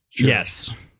Yes